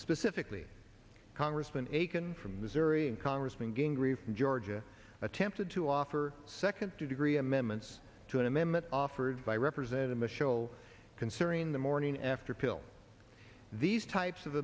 specifically congressman akin from missouri and congressman gingrey of georgia attempted to offer second degree amendments to an amendment offered by represent him a show considering the morning after pill these types of